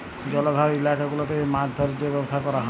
জলাধার ইলাকা গুলাতে যে মাছ ধ্যরে যে ব্যবসা ক্যরা হ্যয়